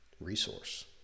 resource